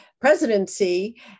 presidency